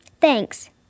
thanks